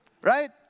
right